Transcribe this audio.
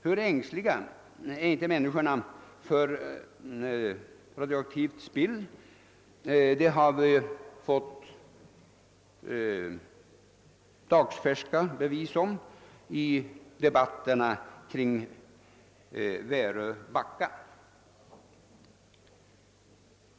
Hur ängsliga människorna är för radioaktivt spill har vi dessutom dagsfärska uppgifter om från debatten om Väröbacka.